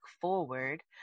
forward